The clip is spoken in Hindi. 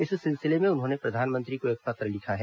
इस सिलसिले में उन्होंने प्रधानमंत्री को एक पत्र लिखा है